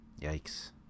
Yikes